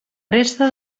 resta